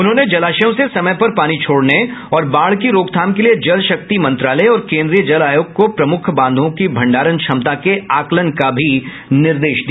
उन्होंने जलाशयों से समय पर पानी छोडने और बाढ की रोकथाम के लिए जल शक्ति मंत्रालय और केन्द्रीय जल आयोग को प्रमुख बांधों की भंडारण क्षमता के आकलन का भी निर्देश दिया